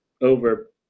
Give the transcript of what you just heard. over